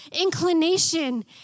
inclination